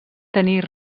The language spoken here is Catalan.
tenir